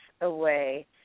away